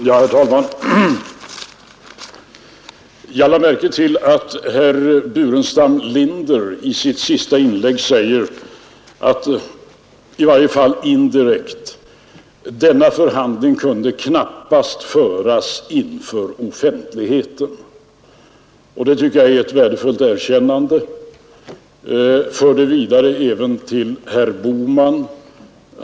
Herr talman! Jag lade märke till att herr Burenstam Linder i sitt senaste inlägg i varje fall indirekt sade: Denna förhandling kunde knappast föras inför offentligheten. Det tycker jag är ett värdefullt erkännande. För det vidare även till herr Bohman.